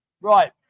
right